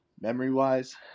memory-wise